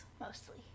Mostly